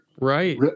Right